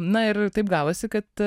na ir taip gavosi kad